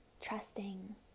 trusting